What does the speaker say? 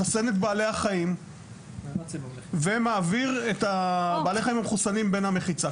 מחסן את בעלי החיים ומעביר את בעלי החיים המחוסנים בין המחיצה.